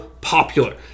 popular